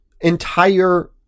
entire